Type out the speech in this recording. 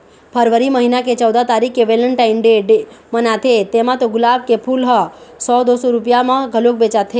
फरवरी महिना के चउदा तारीख के वेलेनटाइन डे मनाथे तेमा तो गुलाब के फूल ह सौ दू सौ रूपिया म घलोक बेचाथे